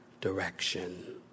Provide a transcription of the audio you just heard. direction